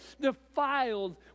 defiled